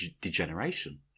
degeneration